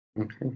Okay